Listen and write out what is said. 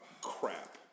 crap